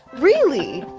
really?